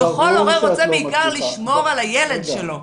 וכל הורה רוצה בעיקר לשמור על הילד שלו.